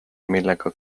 millega